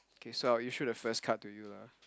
okay so I'll issue the first card to you ya